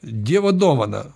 dievo dovaną